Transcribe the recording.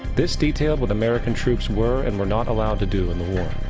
this detailed what american troops were and were not allow to do in the war.